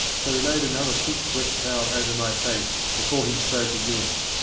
so he laid another thick wet towel over my face before he spoke again.